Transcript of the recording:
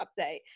update